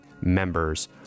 members